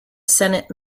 senate